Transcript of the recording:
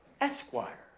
Esquire